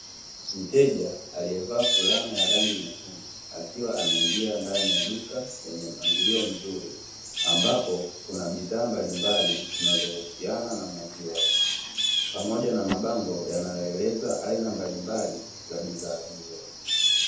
mteja aliovaa fulana ya rangi nyekundu, akiwa anaingia ndani ya duka lenye mpangilio mzuri, ambapo kunabidhaa mbalimbali zinazohusiana na maziwa.